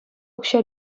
укҫа